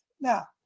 Now